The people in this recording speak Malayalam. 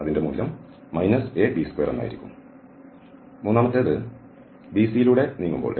അതിൻറെ മൂല്യം ab2 എന്നായിരിക്കും മൂന്നാമത്തേത് BC യിലൂടെ നീങ്ങുമ്പോൾ